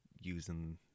using